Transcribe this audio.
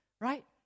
right